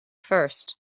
first